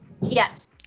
Yes